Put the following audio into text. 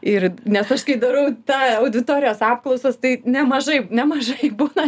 ir nes aš kai darau tą auditorijos apklausas tai nemažai nemažai būna